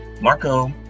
Marco